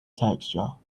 texture